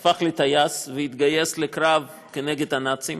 הפך לטייס והתגייס לקרב כנגד הנאצים.